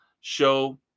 show